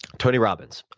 tony robbins.